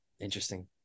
interesting